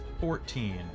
fourteen